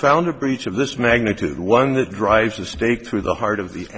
found a breach of this magnitude one that drives a stake through the heart of the